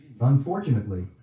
Unfortunately